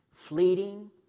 fleeting